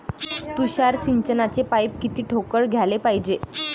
तुषार सिंचनाचे पाइप किती ठोकळ घ्याले पायजे?